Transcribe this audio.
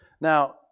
Now